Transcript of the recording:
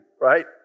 right